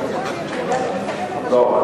מבקשים, לא.